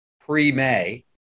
pre-May